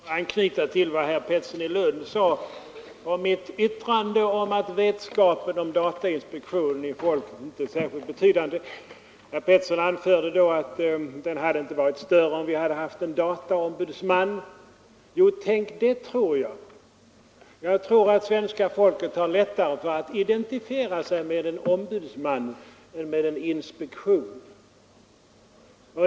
Herr talman! Jag vill anknyta till vad herr Pettersson i Lund sade om mitt yttrande att vetskapen om datainspektionens existens inte är särskilt betydande bland medborgarna. Herr Pettersson sade då att den vetskapen inte hade varit större om vi hade haft en dataombudsman. Jo, tänk — det tror jag! Jag tror att svenska folket har lättare för att identifiera sig med en ombudsman än med en ”inspektion”.